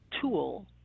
tool